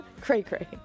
Cray-cray